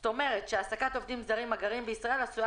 זאת אומרת העסקת עובדים זרים הגרים בישראל עשויה